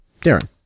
Darren